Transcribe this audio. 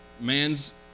man's